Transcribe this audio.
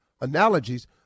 analogies